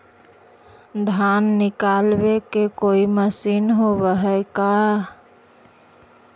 धान निकालबे के कोई मशीन होब है का?